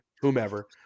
whomever